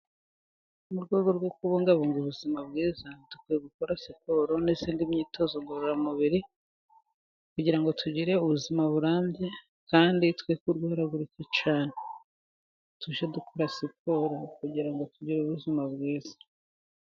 Mu rwego rwo kubungabunga ubuzima bwiza dukwiye gukora siporo ndetse n'iyindi myitozo ngororamubiri, kugira ngo tugire ubuzima burambye kandi twe kurwaragurika cyane, tujye dukora siporo kugira ngo tugire ubuzima bwiza.